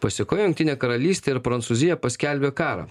pasekoje jungtinė karalystė ir prancūzija paskelbė karą